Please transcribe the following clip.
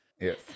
yes